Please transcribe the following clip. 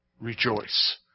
rejoice